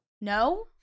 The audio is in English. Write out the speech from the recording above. No